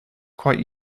quite